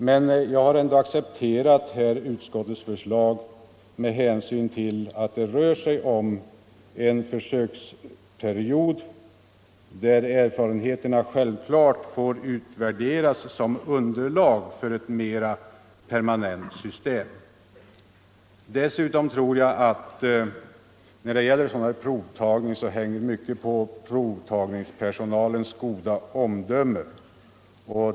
Men jag har ändå accepterat utskottets förslag med hänsyn till att det rör sig om en försöksperiod där erfarenheterna självklart får utvärderas som underlag till ett mera permanent system. Dessutom tror jag att mycket hänger på provtagningspersonalens goda omdöme.